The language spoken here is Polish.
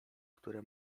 które